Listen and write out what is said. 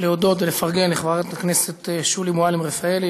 להודות ולפרגן לחברת הכנסת שולי מועלם-רפאלי,